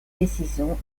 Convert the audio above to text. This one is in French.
décision